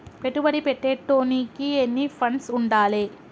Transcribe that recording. పెట్టుబడి పెట్టేటోనికి ఎన్ని ఫండ్స్ ఉండాలే?